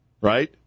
right